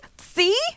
see